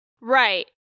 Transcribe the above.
right